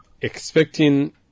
expecting